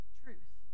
truth